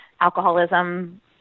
alcoholism